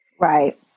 Right